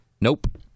Nope